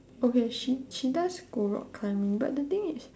oh wait she she does go rock climbing but the thing is